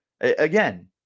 Again